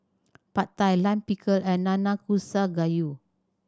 Pad Thai Lime Pickle and Nanakusa Gayu